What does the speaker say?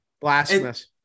Blasphemous